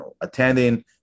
attending